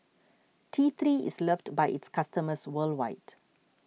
T three is loved by its customers worldwide